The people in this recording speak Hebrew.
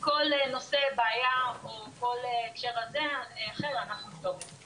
בכל נושא ובעיה או כל הקשר אחר אנחנו נבדוק את זה,